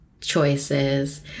choices